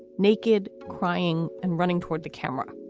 naked, crying and running toward the camera.